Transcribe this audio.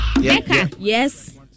Yes